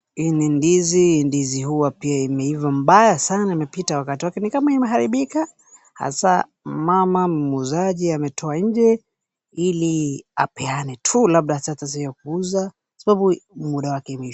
Hii ni ndizi. Ndizi huwa imeiva sana kupita wakati wake ni kama imeharibika kabisa. Hasa mama muuzaji ameitoa nje hili apeane tu labda sasa si ya kuuza sababu muda wake imeisha.